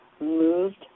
moved